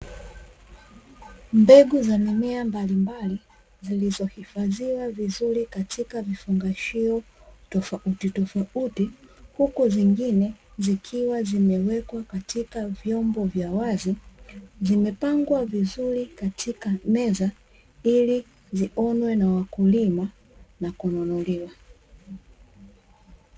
Mbegu za mimea mbalimbali zilizo hifadhiwa vizuri katika vifungashio tofautitofauti, huku nyingine zikiwazimewekwa katika vyombo vya wazi, zimepangwa vizuri katika meza ilizionwe na wakulima na kununuliwa.